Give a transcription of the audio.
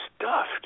stuffed